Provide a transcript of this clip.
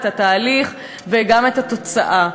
את התהליך וגם את התוצאה.